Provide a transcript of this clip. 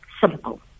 Simple